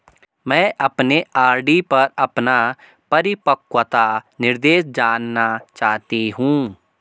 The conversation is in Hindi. मैं अपने आर.डी पर अपना परिपक्वता निर्देश जानना चाहती हूँ